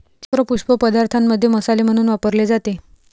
चक्र पुष्प पदार्थांमध्ये मसाले म्हणून वापरले जाते